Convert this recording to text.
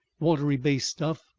watery base stuff,